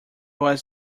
was